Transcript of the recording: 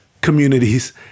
communities